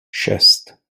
šest